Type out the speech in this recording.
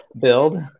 build